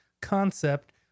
concept